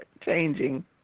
changing